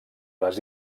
les